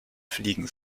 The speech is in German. fliegen